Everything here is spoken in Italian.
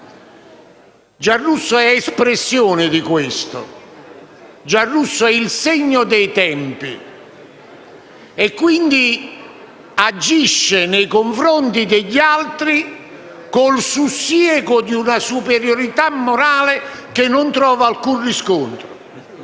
Giarrusso è espressione di questo, è il segno dei tempi e, quindi, agisce nei confronti degli altri con il sussiego di una superiorità morale che non trova alcun riscontro.